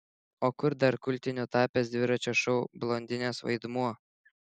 o kur dar kultiniu tapęs dviračio šou blondinės vaidmuo